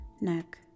neck